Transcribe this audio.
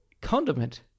condiment